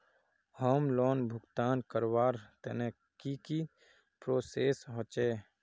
Home loan भुगतान करवार तने की की प्रोसेस होचे?